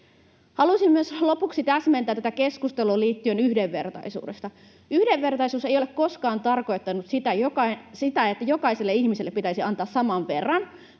Haluaisin myös lopuksi täsmentää tätä keskustelua liittyen yhdenvertaisuuteen. Yhdenvertaisuus ei ole koskaan tarkoittanut sitä, että jokaiselle ihmiselle pitäisi antaa saman verran,